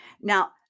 Now